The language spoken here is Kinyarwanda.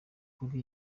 kuri